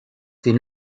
den